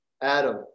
adam